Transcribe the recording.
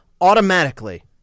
automatically